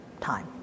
time